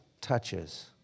touches